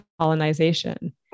colonization